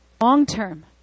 long-term